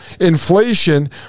inflation